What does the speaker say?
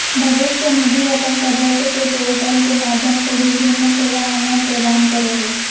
भविष्य निधि अपन सदस्य के पोर्टल के माध्यम से विभिन्न सेवा ऑनलाइन प्रदान करो हइ